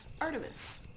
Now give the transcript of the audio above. artemis